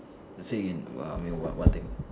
say again what I mean what what thing